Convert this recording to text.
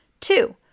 Two